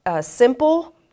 simple